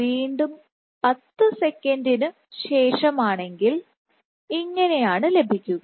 വീണ്ടും 10 സെക്കൻഡ് ശേഷമാണെങ്കിൽ ഇങ്ങിനെയാണു ലഭിക്കുക